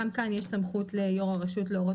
גם כאן יש את הסמכות ליושב ראש הרשות להורות